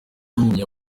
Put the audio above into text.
n’ubumenyi